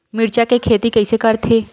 मिरचा के खेती कइसे करथे?